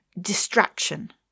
distraction